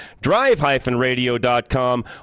drive-radio.com